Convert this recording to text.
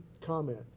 comment